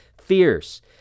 fierce